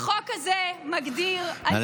החוק הזה מגדיר, נא לסיים.